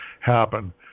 happen